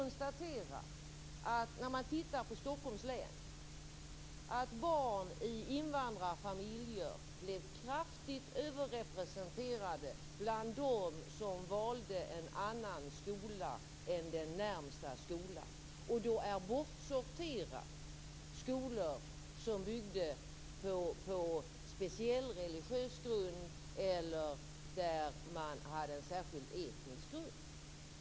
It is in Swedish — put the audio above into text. När det gäller Stockholms län är barn från invandrarfamiljer kraftigt överrepresenterade bland dem som valde en annan skola än den närmaste skolan, och då har man bortsorterat skolor som bygger på speciell religiös grund eller där man har en särskild etnisk grund.